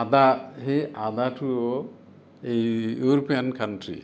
আদা সেই আদাটোও এই ইউৰোপীয়ান কাণ্ট্ৰী